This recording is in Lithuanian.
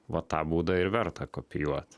va tą būdą ir verta kopijuot